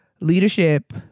leadership